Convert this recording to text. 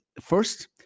First